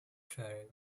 trail